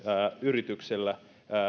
yrityksellä